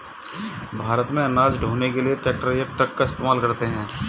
भारत में अनाज ढ़ोने के लिए ट्रैक्टर या ट्रक का इस्तेमाल करते हैं